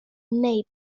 wneud